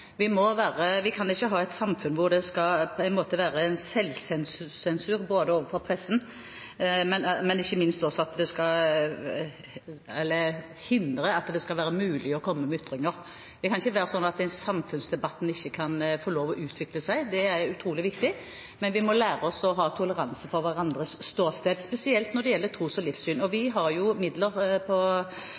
Vi kan ikke ha et samfunn hvor det skal være en selvsensur overfor pressen, eller at en skal hindre at det skal være mulig å komme med ytringer. Det kan ikke være sånn at samfunnsdebatten ikke kan få lov å utvikle seg – det er utrolig viktig – men vi må lære oss å ha toleranse for hverandres ståsted, spesielt når det gjelder tros- og livssyn. Vi har midler i vårt departement som deles ut til dialogforum. Vi har